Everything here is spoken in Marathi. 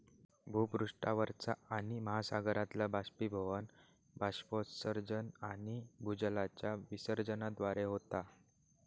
भूपृष्ठावरचा पाणि महासागरातला बाष्पीभवन, बाष्पोत्सर्जन आणि भूजलाच्या विसर्जनाद्वारे होता